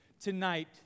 tonight